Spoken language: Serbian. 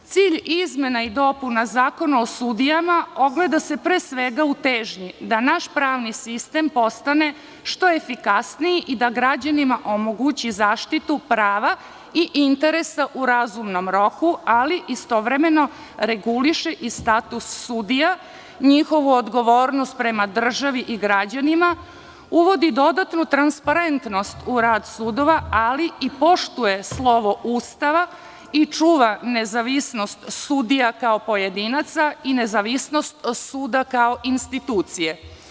Cilj izmena i dopuna Zakona o sudijama ogleda se pre svega u težnji da naš pravni sistem postane što efikasniji i da građanima omogući zaštitu prava i interesa u razumnom roku, ali istovremeno reguliše i status sudija, njihovu odgovornost prema državi i građanima, uvodi dodatnu transparentnost u rad sudova, ali i poštuje slovo Ustava i čuva nezavisnost sudija kao pojedinaca i nezavisnost suda kao institucije.